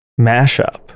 mashup